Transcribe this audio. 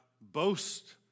boast